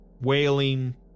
wailing